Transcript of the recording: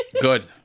good